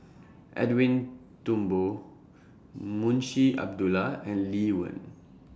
Edwin Thumboo Munshi Abdullah and Lee Wen